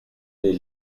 des